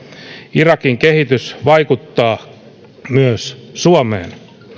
irakin kehitys vaikuttaa myös suomeen